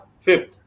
fifth